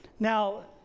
Now